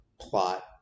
plot